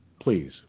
please